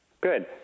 Good